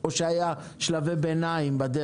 או היו שלבי ביניים?